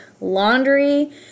laundry